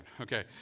Okay